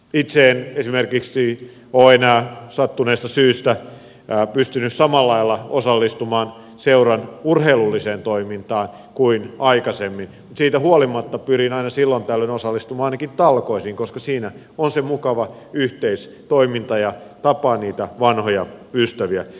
itse en esimerkiksi ole enää sattuneesta syystä pystynyt samalla lailla osallistumaan seuran urheilulliseen toimintaan kuin aikaisemmin mutta siitä huolimatta pyrin aina silloin tällöin osallistumaan ainakin talkoisiin koska siinä on se mukava yhteistoiminta ja tapaa niitä vanhoja ystäviä